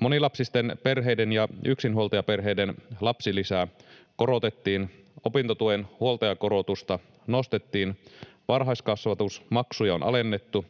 Monilapsisten perheiden ja yksinhuoltajaperheiden lapsilisää korotettiin, opintotuen huoltajakorotusta nostettiin, varhaiskasvatusmaksuja on alennettu